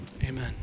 amen